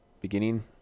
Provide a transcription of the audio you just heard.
beginning